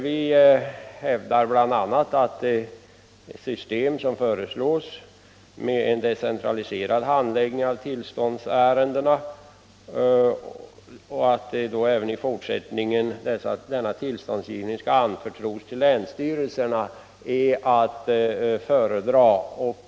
Vi hävdar bl.a. att det system som föreslås, med en decentraliserad handläggning av tillståndsärendena där även i fortsättningen denna tillståndsgivning skall anförtros åt länsstyrelserna, är att föredra.